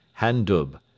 Handub